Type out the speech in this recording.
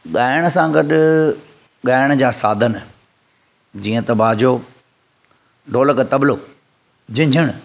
ॻाइण सां गॾु ॻाइण जा साधन जीअं त बाजो ढोलक तबलो झिंझुणु